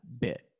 bit